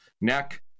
neck